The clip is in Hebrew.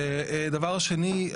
דבר שני,